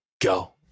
go